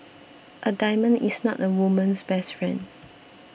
a diamond is not a woman's best friend